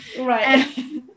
right